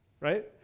right